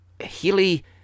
Healy